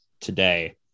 today